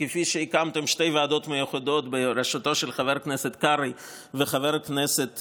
כפי שהקמתם שתי ועדות מיוחדות בראשותו של חבר הכנסת קרעי וחבר הכנסת